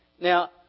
Now